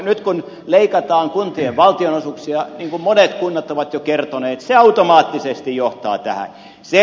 nyt kun leikataan kuntien valtionosuuksia niin kuin monet kunnat ovat jo kertoneet se automaattisesti johtaa tähän